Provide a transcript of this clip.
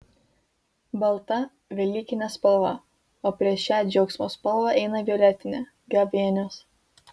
balta velykinė spalva o prieš šią džiaugsmo spalvą eina violetinė gavėnios